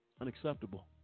Unacceptable